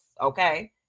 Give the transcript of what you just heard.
okay